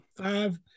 five